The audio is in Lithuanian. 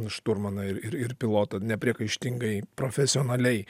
šturmaną ir ir pilotą nepriekaištingai profesionaliai